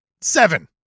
Seven